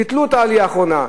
ביטלו את העלייה האחרונה.